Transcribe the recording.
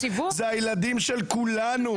זה הילדים של כולנו.